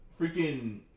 freaking